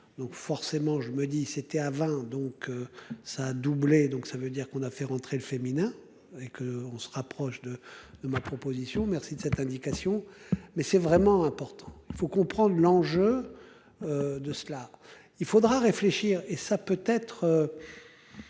Donc forcément je me dit c'était avant donc ça a doublé. Donc ça veut dire qu'on a fait rentrer le féminin, et on se rapproche de de ma proposition. Merci de cette indication. Mais c'est vraiment important, il faut comprendre l'enjeu. De cela, il faudra réfléchir et ça peut être.